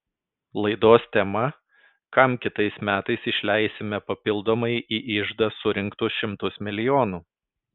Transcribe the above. laidos tema kam kitais metais išleisime papildomai į iždą surinktus šimtus milijonų